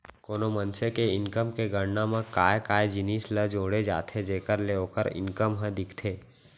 कोनो मनसे के इनकम के गणना म काय काय जिनिस ल जोड़े जाथे जेखर ले ओखर इनकम ह दिखथे?